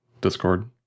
Discord